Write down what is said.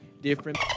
Different